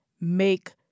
make